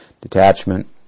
Detachment